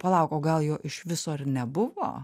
palauk o gal jo iš viso ir nebuvo